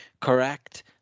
correct